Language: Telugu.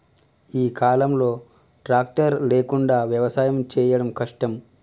ఈ కాలం లో ట్రాక్టర్ లేకుండా వ్యవసాయం చేయడం కష్టం